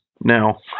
now